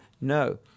no